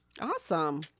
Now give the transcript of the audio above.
awesome